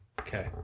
Okay